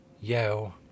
yo